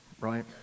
Right